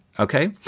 Okay